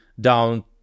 down